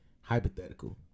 hypothetical